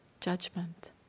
judgment